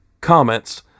comments